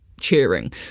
cheering